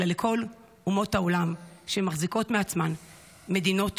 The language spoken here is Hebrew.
אלא לכל אומות העולם שמחזיקות מעצמן מדינות